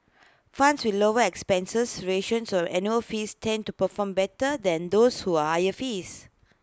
funds with lower expense ratios or annual fees tend to perform better than those are higher fees